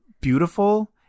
beautiful